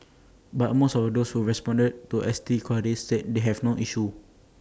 but most of those who responded to S T queries said they have not issue